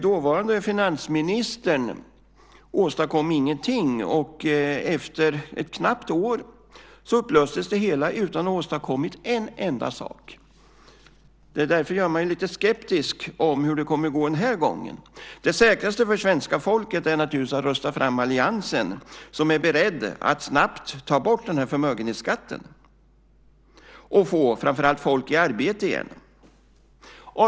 Dåvarande finansministern åstadkom ingenting. Efter ett knappt år upplöstes det hela utan att ha åstadkommit en enda sak. Det gör mig lite skeptisk till hur det kommer att gå den här gången. Det säkraste för svenska folket är naturligtvis att rösta fram alliansen som är beredd att snabbt ta bort den här förmögenhetsskatten och framför allt få folk i arbete igen. Herr talman!